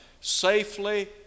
safely